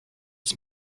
nic